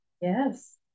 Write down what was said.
Yes